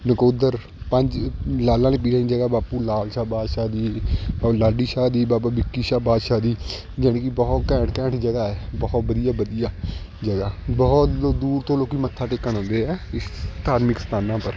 ਨਕੋਦਰ ਪੰਜ ਲਾਲਾਂ ਵਾਲੇ ਪੀਰਾਂ ਦੀ ਜਗ੍ਹਾ ਬਾਪੂ ਲਾਲ ਸ਼ਾਹ ਬਾਦਸ਼ਾਹ ਜੀ ਔਰ ਲਾਡੀ ਸ਼ਾਹ ਦੀ ਬਾਬਾ ਵਿੱਕੀ ਸ਼ਾਹ ਬਾਦਸ਼ਾਹ ਦੀ ਜਾਣੀ ਕਿ ਬਹੁਤ ਘੈਂਟ ਘੈਂਟ ਜਗ੍ਹਾ ਹੈ ਬਹੁਤ ਵਧੀਆ ਵਧੀਆ ਜਗ੍ਹਾ ਬਹੁਤ ਲੋਕ ਦੂਰ ਤੋਂ ਲੋਕ ਮੱਥਾ ਟੇਕਣ ਆਉਂਦੇ ਹੈ ਇਸ ਧਾਰਮਿਕ ਸਥਾਨਾਂ ਪਰ